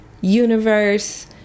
universe